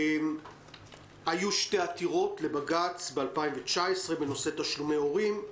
ב-2019 היו שתי עתירות לבג"ץ בנושא תשלומי הורים.